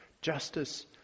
justice